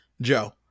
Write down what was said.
joe